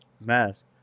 Mask